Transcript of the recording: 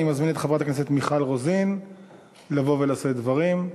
אני מזמין את חברת הכנסת מיכל רוזין לבוא ולשאת דברים.